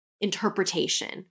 interpretation